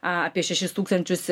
apie šešis tūkstančius